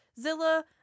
zilla